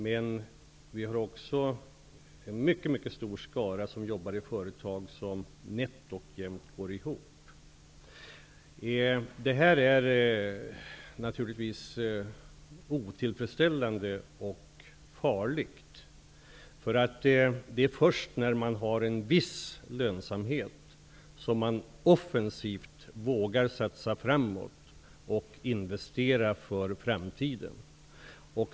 Men vi har också en mycket stor skara som jobbar i företag som nätt och jämt går ihop. Detta är naturligtvis otillfredsställande och farligt. Det är först när man har en viss lönsamhet som man offensivt vågar satsa framåt och investera för framtiden.